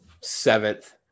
seventh